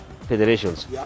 federations